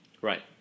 Right